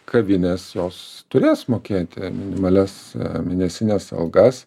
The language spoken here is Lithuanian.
kavinės jos turės mokėti minimalias mėnesines algas